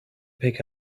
pick